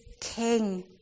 king